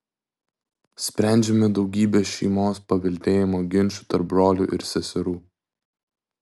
sprendžiame daugybę šeimos paveldėjimo ginčų tarp brolių ir seserų